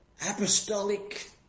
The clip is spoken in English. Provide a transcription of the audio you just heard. Apostolic